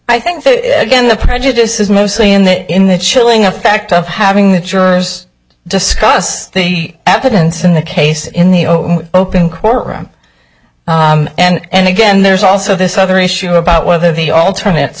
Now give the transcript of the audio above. i think again the prejudice is mostly in the in the chilling effect of having the jurors discuss the evidence in the case in the open open courtroom and again there's also this other issue about whether the alternate